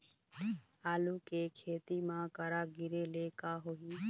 आलू के खेती म करा गिरेले का होही?